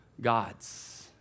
gods